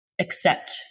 accept